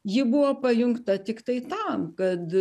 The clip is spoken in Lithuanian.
ji buvo pajungta tiktai tam kad